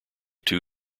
two